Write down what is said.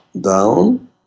down